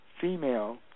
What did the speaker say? female